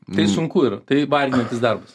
tai sunku ir tai varginantis darbas